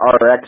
RX